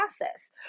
process